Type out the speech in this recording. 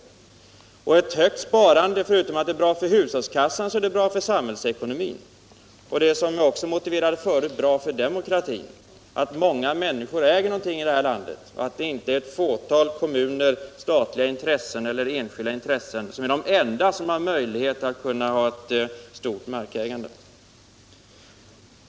Ett högt sparande är, förutom att det är bra för hushållskassan, bra för samhällsekonomin. Det är, som jag också motiverade förut, bra för demokratin att många människor äger någonting i det här landet — att inte ett fåtal kommuner och statliga eller enskilda intressen är de enda som har möjlighet att äga mark.